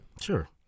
Sure